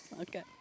Okay